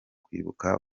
kwibuka